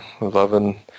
Loving